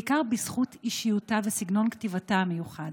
בעיקר בזכות אישיותה וסגנון כתיבתה המיוחד.